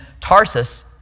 Tarsus